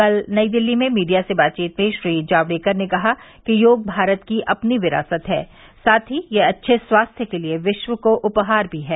कल नई दिल्ली में मीडिया से बातचीत में श्री जावड़ेकर ने कहा कि योग भारत की अपनी विरासत है साथ ही यह अच्छे स्वास्थ्य के लिए विश्व को उपहार भी है